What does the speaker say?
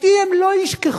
אותי הם לא ישכחו.